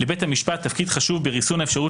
לבית המשפט תפקיד חשוב בריסון האפשרות